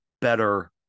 better